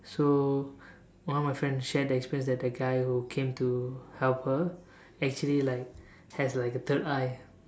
so one of my friend shared the experience that the guy who came to help her actually like has like a third eye